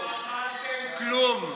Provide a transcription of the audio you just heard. לא בחנתם כלום.